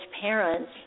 parents